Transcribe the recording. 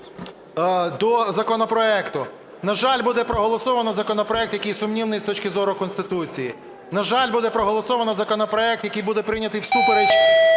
до законопроекту. На жаль, буде проголосовано законопроект, який сумнівний з точки зору Конституції. На жаль, буде проголосовано законопроект, який буде прийнятий всупереч